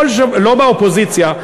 לא באופוזיציה,